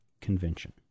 convention